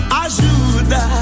ajuda